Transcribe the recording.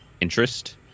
interest